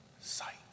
sight